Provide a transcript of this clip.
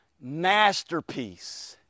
masterpiece